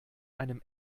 einem